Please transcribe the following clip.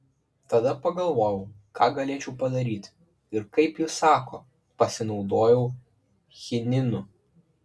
tada pagalvojau ką galėčiau padaryti ir kaip ji sako pasinaudojau chininu